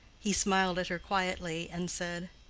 he smiled at her quietly, and said,